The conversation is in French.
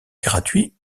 gratuit